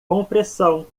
compressão